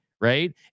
right